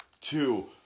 two